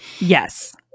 Yes